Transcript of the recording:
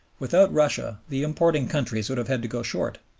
without russia the importing countries would have had to go short.